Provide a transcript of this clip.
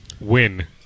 Win